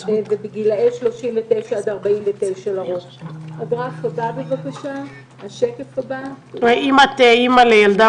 בגילאי 39 49. כלומר אם את אימא לילדה